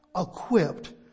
equipped